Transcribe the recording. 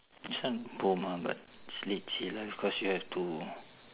this one problem ah but it's leceh lah because you have to